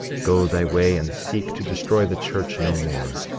go thy way, and seek to destroy the church no more,